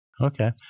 Okay